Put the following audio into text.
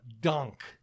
dunk